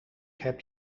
heb